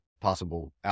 possible